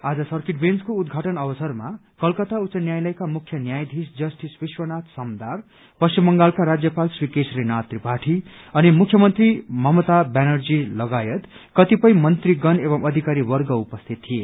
आज सर्किट बेन्चको उद्घाटन अवसरमा कलकता उच्च न्यायालयका मुख्य न्यायाधीश जस्टिस विश्वनाथ समदार पश्चिम बंगालका राज्यपाल श्री केशरीनाथ त्रिपाठी अनि मुख्यमन्त्री ममता ब्यानर्जी लगायत कतिपय मन्त्रीगण एवं अधिकारीवर्ग उपस्थित थिए